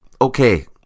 Okay